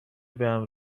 بهم